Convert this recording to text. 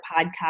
podcast